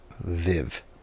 Viv